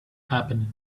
happened